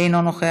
אינו נוכח,